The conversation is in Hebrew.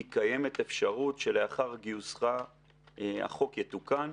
כי קיימת אפשרות שלאחר גיוסך החוק יתוקן,